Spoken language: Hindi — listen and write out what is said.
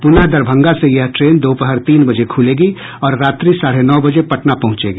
पुनः दरभंगा से यह ट्रेन दोपहर तीन बजे खुलेगी और रात्रि साढ़े नौ बजे पटना पहुंचेगी